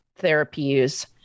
therapies